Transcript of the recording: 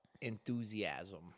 enthusiasm